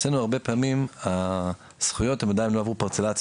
אצלנו הרבה פעמים הזכויות הן עדיין לא עברו פרצלציה.